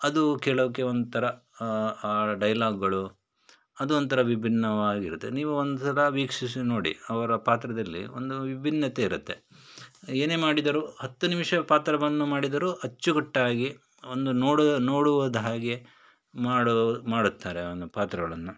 ಅದು ಕೇಳೋಕ್ಕೇ ಒಂಥರ ಆ ಆ ಡೈಲಾಗ್ಗಳು ಅದು ಒಂಥರ ವಿಭಿನ್ನವಾಗಿರುತ್ತೆ ನೀವು ಒಂದು ಸಲ ವೀಕ್ಷಿಸಿ ನೋಡಿ ಅವರ ಪಾತ್ರದಲ್ಲಿ ಒಂದು ವಿಭಿನ್ನತೆ ಇರುತ್ತೆ ಏನೇ ಮಾಡಿದರೂ ಹತ್ತು ನಿಮಿಷ ಪಾತ್ರವನ್ನು ಮಾಡಿದರೂ ಅಚ್ಚುಕಟ್ಟಾಗಿ ಒಂದು ನೋಡು ನೋಡುವುದಾಗೆ ಮಾಡು ಮಾಡುತ್ತಾರೆ ಒಂದು ಪಾತ್ರಗಳನ್ನು